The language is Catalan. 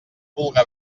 vulga